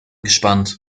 gespannt